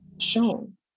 shown